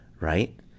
right